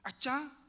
Acha